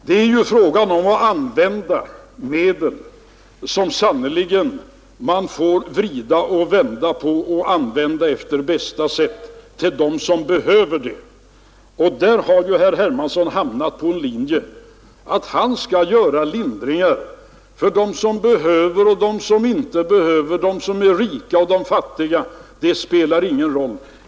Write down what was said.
Det är här fråga om skattepengar som man sannerligen får vrida och vända på för att använda på bästa sätt för dem som behöver hjälp. Herr Hermansson har då hamnat på linjen, att han skall göra lindringar för dem som behöver och dem som inte behöver, för de rika och för de fattiga — det spelar ingen roll.